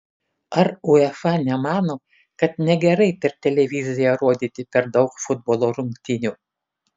ar uefa nemano jog negerai per televiziją rodyti per daug futbolo rungtynių